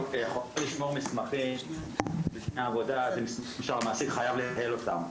--- לשמור מסמכים --- שהמעסיק חייב לנהל אותם.